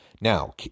Now